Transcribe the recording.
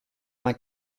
vingt